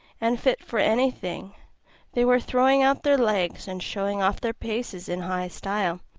and fit for anything they were throwing out their legs and showing off their paces in high style,